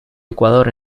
ecuador